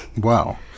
Wow